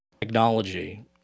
technology